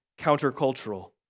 countercultural